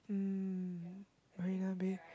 mm Marina-Bay